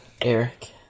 Eric